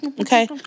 Okay